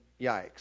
yikes